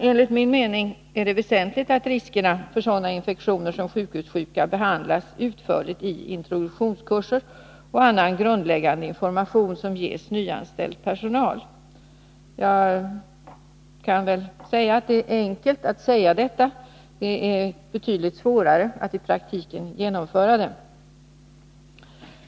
Enligt min mening är det väsentligt att riskerna för sådana infektioner som sjukhussjukan behandlas utförligt i introduktionskurser och annan grundläggande information som ges nyanställd personal. Jag vet att det år enkelt att säga detta — men betydligt svårare att i praktiken genomföra.